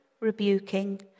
rebuking